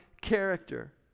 character